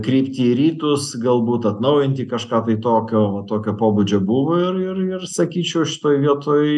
krypti į rytus galbūt atnaujinti kažką tai tokio va tokio pobūdžio buvo ir ir ir sakyčiau šitoj vietoj